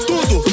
Tudo